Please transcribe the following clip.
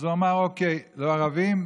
אז הוא אמר: אוקיי, לא ערבים?